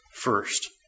first